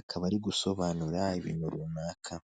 akaba ari gusobanura ibintu runaka.